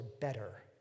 better